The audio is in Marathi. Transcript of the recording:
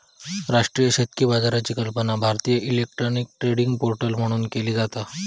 राष्ट्रीय शेतकी बाजाराची कल्पना भारतीय इलेक्ट्रॉनिक ट्रेडिंग पोर्टल म्हणून केली जाता